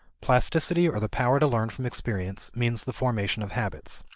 plasticity or the power to learn from experience means the formation of habits.